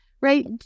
right